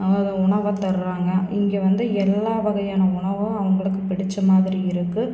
அவங்க உணவத் தர்றாங்க இங்கே வந்து எல்லா வகையான உணவும் அவங்களுக்குப் பிடித்த மாதிரி இருக்குது